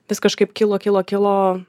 vis kažkaip kilo kilo kilo